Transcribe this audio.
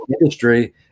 industry